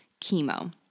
chemo